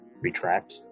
retract